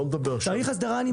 צריך הסדרה, אני מסכים.